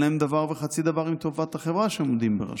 להם דבר וחצי דבר עם טובת החברה שהם עומדים בראשה,